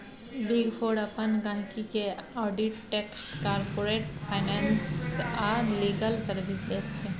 big four अपन गहिंकी केँ आडिट टैक्स, कारपोरेट फाइनेंस आ लीगल सर्विस दैत छै